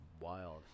wild